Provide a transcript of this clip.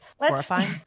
horrifying